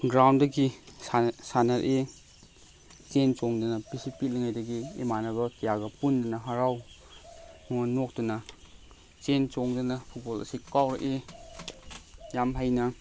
ꯒ꯭ꯔꯥꯎꯟꯗꯒꯤ ꯁꯥꯟꯅꯔꯛꯏ ꯆꯦꯟ ꯆꯣꯡꯗꯨꯅ ꯄꯤꯁꯛ ꯄꯤꯛꯂꯤꯉꯩꯗꯒꯤ ꯏꯃꯥꯟꯅꯕ ꯀꯌꯥꯒ ꯄꯨꯟꯗꯨꯅ ꯍꯔꯥꯎ ꯃꯣꯃꯣꯟ ꯅꯣꯛꯇꯨꯅ ꯆꯦꯟ ꯆꯣꯡꯗꯨꯅ ꯐꯨꯠꯕꯣꯜ ꯑꯁꯤ ꯀꯥꯎꯔꯛꯏ ꯌꯥꯝ ꯍꯩꯅ